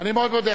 אני מאוד מודה.